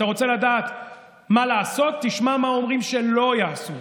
אתה רוצה לדעת מה לעשות, תשמע מה אומרים שלא יעשו.